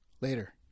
Later